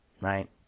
right